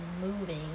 moving